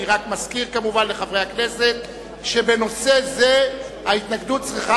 אני רק מזכיר כמובן לחברי הכנסת שבנושא זה ההתנגדות צריכה